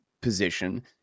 position